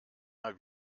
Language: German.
mal